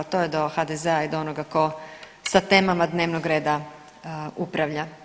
To je do HDZ-a i do onoga tko sa temama dnevnoga reda upravlja.